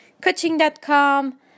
coaching.com